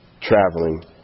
traveling